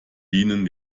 dienen